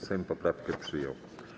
Sejm poprawkę przyjął.